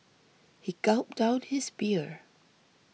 he gulped down his beer